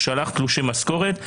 הוא שלח תלושי משכורת,